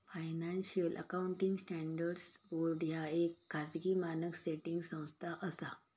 financial accounting standards board ह्या येक खाजगी मानक सेटिंग संस्था असा